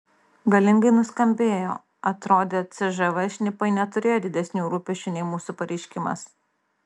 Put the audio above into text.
galingai nuskambėjo atrodė cžv šnipai neturėjo didesnių rūpesčių nei mūsų pareiškimas